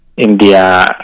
India